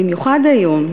במיוחד היום,